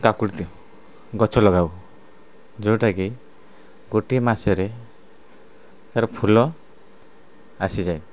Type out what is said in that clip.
କାକୁଡ଼ି ଗଛ ଲଗାଉ ଯେଉଁଟା କି ଗୋଟିଏ ମାସରେ ତାର ଫୁଲ ଆସିଯାଏ